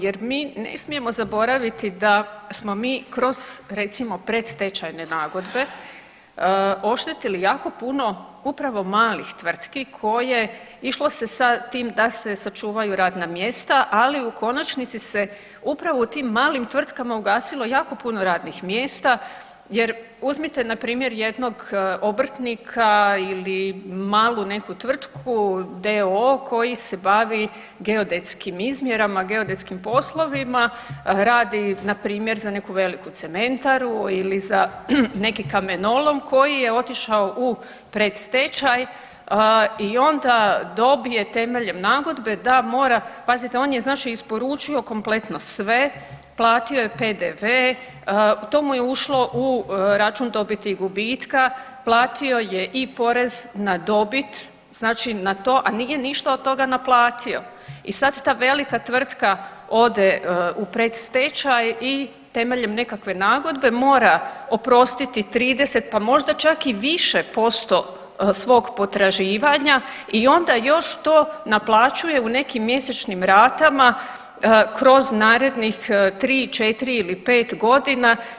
Jer mi ne smijemo zaboraviti da smo mi kroz recimo predstečajne nagodbe oštetili jako puno upravo malih tvrtki koje, išlo se sa tim da se sačuvaju radna mjesta, ali u konačnici se upravo u tim malim tvrtkama ugasilo jako puno radnih mjesta jer uzmite npr. jednog obrtnika ili malu neku tvrtku d.o.o. koji se bavi geodetskim izjerama, geodetskim poslovima, radi npr. za neku veliku cementaru ili za neki kamenolom koji je otišao u predstečaj i onda dobije temeljem nagodbe da mora, pazite on je znači isporučio kompletno sve, platio je PDV, to mu je ušlo u račun dobiti i gubitka, platio je i porez na dobit, znači na to, a nije ništa od toga naplatio i sad ta velika tvrtka ode u predstečaj i temeljem nekakve nagodbe mora oprostiti 30, pa možda čak i više posto svog potraživanja i onda još to naplaćuje u nekim mjesečnim ratama kroz narednih 3-4 ili 5.g.